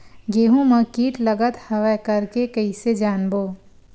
गेहूं म कीट लगत हवय करके कइसे जानबो?